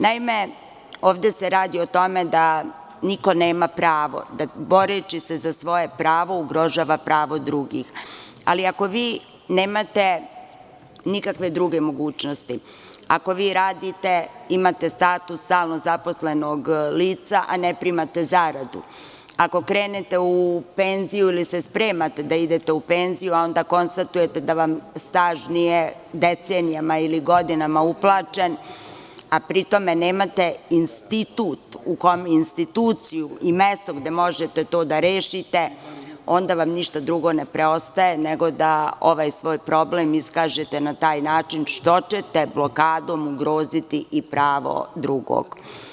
Naime, ovde se radi o tome da niko nema pravo da, boreći se za svoje pravo, ugrožava prava drugih, ali ako vi nemate nikakve druge mogućnosti, ako vi radite, imate status stalno zaposlenog lica, a ne primate zaradu, ako krenete u penziju ili se spremate da idete u penziju, a onda konstatujete da vam staž nije decenijama ili godinama uplaćen, a pri tome nemate instituciju i mesto gde možete to da rešite, onda vam ništa drugo ne preostaje, nego da ovaj svoj problem iskažete na taj način što ćete blokadom ugroziti i pravo drugog.